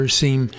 seem